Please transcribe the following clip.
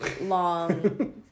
long